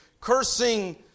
cursing